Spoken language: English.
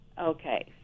okay